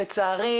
לצערי,